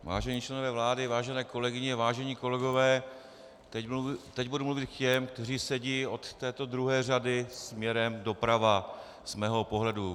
Vážení členové vlády, vážené kolegyně, vážení kolegové, teď budu mluvit k těm, kteří sedí od této druhé řady směrem doprava z mého pohledu.